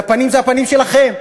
אבל הפנים זה הפנים שלכם,